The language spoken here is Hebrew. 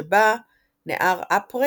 שבה נהר אפרה